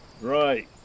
Right